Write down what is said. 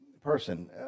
person